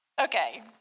Okay